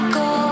go